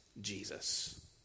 Jesus